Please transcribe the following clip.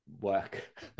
work